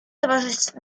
towarzystw